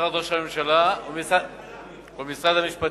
משרד ראש הממשלה ומשרד המשפטים.